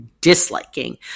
disliking